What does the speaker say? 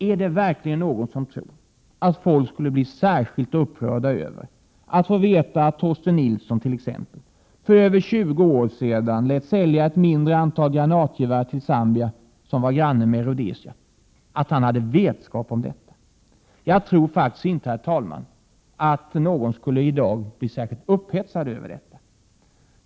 Ärdet verkligen någon som tror att folk skulle bli särskilt upprörda över att få veta attt.ex. Torsten Nilsson för över 20 år sedan lät sälja ett mindre antal granatgevär till Zambia, som var granne med Rhodesia? Jag tror faktiskt inte, herr talman, att någon i dag skulle bli särskilt upphetsad över detta.